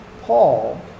Paul